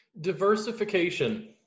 Diversification